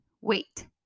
wait